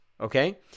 okay